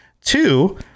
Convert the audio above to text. Two